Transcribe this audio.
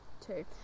Two